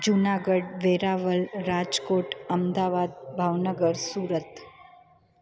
Junagadh Veraval Rajkot Ahmedabad Bhavnagar Surat